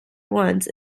once